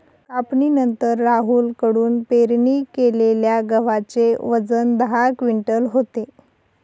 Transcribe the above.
कापणीनंतर राहुल कडून पेरणी केलेल्या गव्हाचे वजन दहा क्विंटल होते